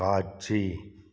காட்சி